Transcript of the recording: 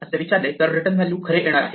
असे विचारले तर रिटर्न व्हॅल्यू खरे येणार आहे